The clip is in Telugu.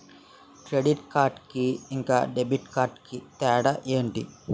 క్రెడిట్ కార్డ్ కి ఇంకా డెబిట్ కార్డ్ కి తేడా ఏంటి?